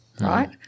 right